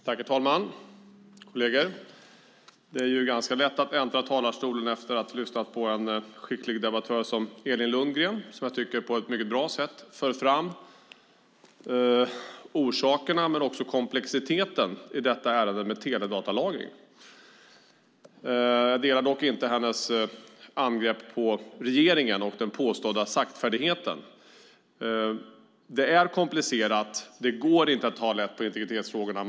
Herr talman! Kolleger! Det är ganska lätt att äntra talarstolen efter att ha lyssnat på en skicklig debattör som Elin Lundgren som jag tycker på ett mycket bra sätt för fram orsaker men också komplexiteten i detta ärende om teledatalagring. Jag delar dock inte hennes angrepp på regeringen och den påstådda saktfärdigheten. Det är komplicerat. Det går inte att ta lätt på integritetsfrågorna.